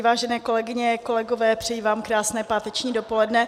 Vážené kolegyně, kolegové, přeji vám krásné páteční dopoledne.